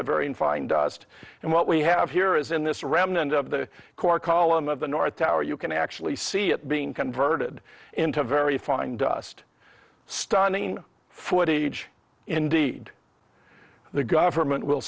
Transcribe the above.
varying fine dust and what we have here is in this remnant of the core column of the north tower you can actually see it being converted into a very fine dust stunning footage indeed the government will